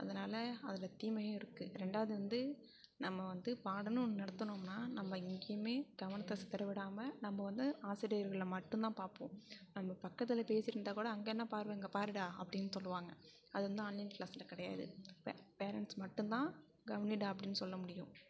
அதனால அதில் தீமையும் இருக்கு ரெண்டாவது வந்து நம்ம வந்து பாடம்னு ஒன்று நடத்துனோம்னா நம்ம எங்கேயுமே கவனத்தை சிதற விடாமல் நம்ம வந்து ஆசிரியர்களை மட்டும் தான் பார்ப்போம் நம்ம பக்கத்தில் பேசிட்டுருந்தால் கூட அங்கே என்ன பார்வை இங்கே பாருடா அப்படின்னு சொல்லுவாங்க அது வந்து ஆன்லைன் கிளாஸில் கிடையாது பே பேரண்ட்ஸ் மட்டும் தான் கவனிடா அப்படின்னு சொல்ல முடியும்